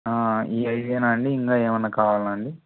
ఆ ఈ అయిదేనా అండి ఇంకా ఏమైనా కావాలాండి